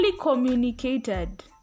communicated